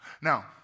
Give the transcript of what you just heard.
Now